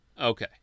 Okay